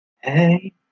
Hey